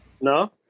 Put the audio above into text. No